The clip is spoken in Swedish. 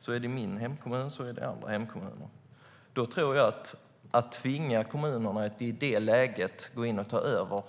Så är det i min hemkommun. Så är det i andra kommuner. Om man i det läget tvingar kommunerna att ta över